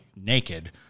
naked